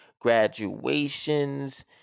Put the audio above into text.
graduations